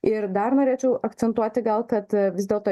ir dar norėčiau akcentuoti gal kad vis dėlto